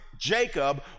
Jacob